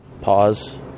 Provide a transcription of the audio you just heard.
Pause